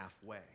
halfway